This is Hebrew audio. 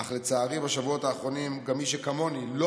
אך לצערי בשבועות האחרונים גם מי שכמוני לא